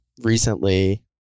recently